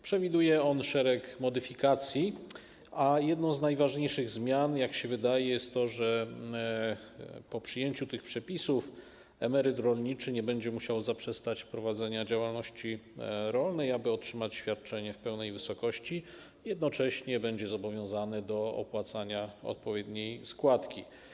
Przewiduje on szereg modyfikacji, a jedną z najważniejszych zmian, jak się wydaje, jest to, że po przyjęciu tych przepisów emeryt rolniczy nie będzie musiał zaprzestać prowadzenia działalności rolnej, aby otrzymać świadczenie w pełnej wysokości i jednocześnie będzie zobowiązany do opłacania odpowiedniej składki.